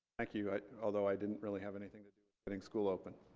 thank you although i didn't really have anything getting school open.